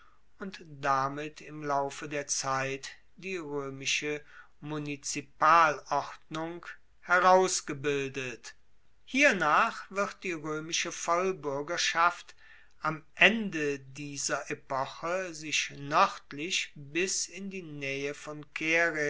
und damit im laufe der zeit die roemische munizipalordnung herausgebildet hiernach wird die roemische vollbuergerschaft am ende dieser epoche sich noerdlich bis in die naehe von